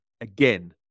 again